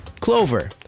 Clover